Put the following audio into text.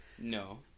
No